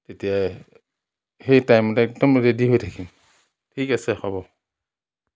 তেতিয়াই সেই টাইমতে একদম ৰেডী হৈ থাকিম ঠিক আছে হ'ব